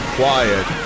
quiet